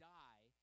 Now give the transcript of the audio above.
die